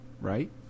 Right